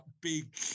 big